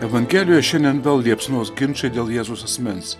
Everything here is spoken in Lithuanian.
evangelijoj šiandien vėl liepsnos ginčai dėl jėzaus asmens